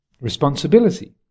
responsibility